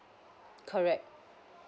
correct